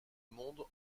monde